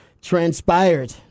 transpired